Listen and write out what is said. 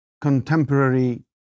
contemporary